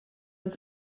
uns